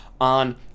on